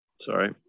Sorry